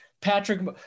Patrick